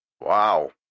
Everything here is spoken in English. Wow